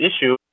issue